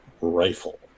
rifle